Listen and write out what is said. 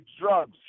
drugs